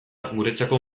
guretzako